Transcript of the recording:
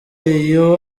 iyo